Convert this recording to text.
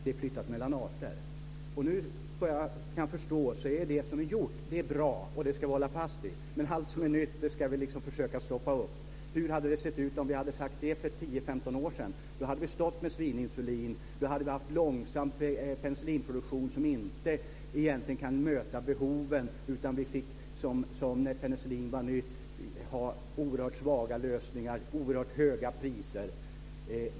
De är flyttade mellan arter. Vad jag kan förstå är det som är gjort bra. Det ska vi hålla fast vid. Men allt som är nytt ska vi försöka stoppa upp. Hur hade det sett ut om vi hade sagt det för 10-15 år sedan? Då hade vi stått med svininsulin. Då hade vi haft en långsam penicillinproduktion inte egentligen kunnat möta behoven. När penicillinet var nytt fick vi ha oerhört svaga lösningar och oerhört höga priser.